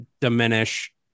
diminish